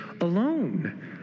alone